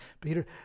Peter